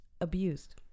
abused